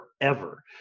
forever